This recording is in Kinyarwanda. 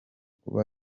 kuba